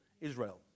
Israel